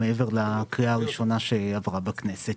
מעבר לקריאה הראשונה שעברה בכנסת.